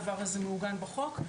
הדבר הזה מעוגן בחוק.